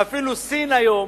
ואפילו סין היום,